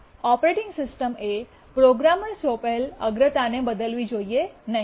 operating system એ programmer સોંપેલ અગ્રતાને બદલવી જોઈએ નહીં